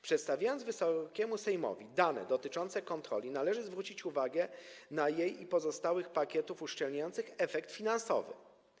Przedstawiając Wysokiemu Sejmowi dane dotyczące kontroli, należy zwrócić uwagę na jej i pozostałych pakietów uszczelniających efekt finansowy.